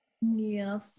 Yes